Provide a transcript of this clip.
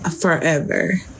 forever